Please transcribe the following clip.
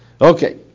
Okay